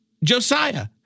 Josiah